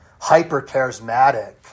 hyper-charismatic